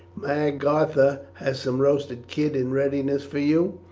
magartha has some roasted kid in readiness for you.